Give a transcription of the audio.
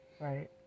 Right